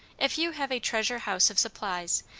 if you have a treasure-house of supplies,